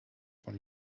von